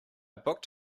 booked